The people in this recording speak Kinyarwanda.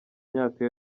myaka